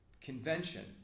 convention